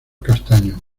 castaño